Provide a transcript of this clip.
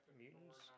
mutants